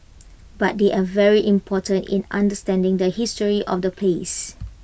but they are very important in understanding the history of the place